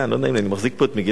אני מחזיק פה את מגילת רות,